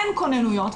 אין כונניות.